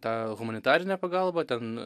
tą humanitarinę pagalbą ten